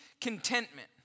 contentment